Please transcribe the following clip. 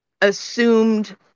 assumed